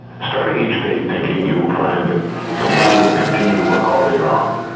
starting each day thinking, you'll find that your mind will continue to work all day long.